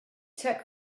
took